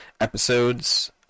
episodes